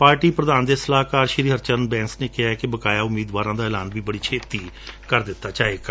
party ਪ੍ਰਧਾਨ ਦੇ ਸਲਾਹਕਾਰ ਸ੍ਰੀ ਹਰਚਰਨ ਬੈਂਸ ਨੇ ਕਿਹੈ ਕਿ ਬਕਾਇਆ ਉਮੀਦਵਾਰਾਂ ਦਾ ਐਲਾਨ ਵੀ ਬੜੀ ਛੇਤੀ ਕਰ ਦਿੱਤਾ ਜਾਵੇਗਾ